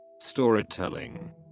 Storytelling